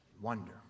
wonder